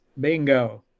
Bingo